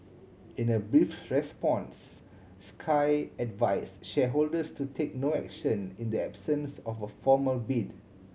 in a brief response Sky advise shareholders to take no action in the absence of a formal bid